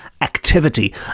activity